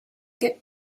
get